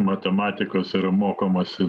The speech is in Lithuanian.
matematikos yra mokomasi